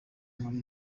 muri